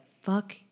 fuck